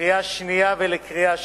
לקריאה השנייה ולקריאה השלישית.